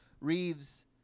Reeves